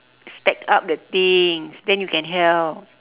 stack up the things then you can help